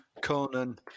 Conan